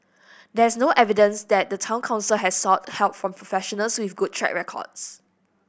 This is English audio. there is no evidence that the Town Council has sought help from professionals with good track records